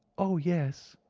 oh, yes.